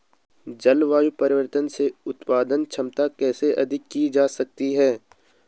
जलवायु परिवर्तन से उत्पादन क्षमता कैसे अधिक की जा सकती है?